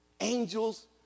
Angels